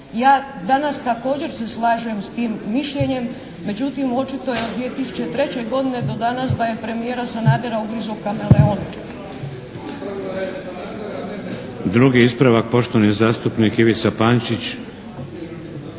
Ja danas također se slažem s tim mišljenjem, međutim očito je od 2003. godine do danas da je premijera Sanadera ugrizo kameleon.